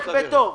זאת הדרך.